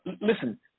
listen